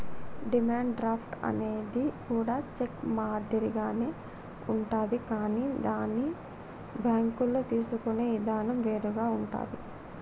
demand draft అనేది కూడా cheque మాదిరిగానే ఉంటాది కానీ దీన్ని బ్యేంకుల్లో తీసుకునే ఇదానం వేరుగా ఉంటాది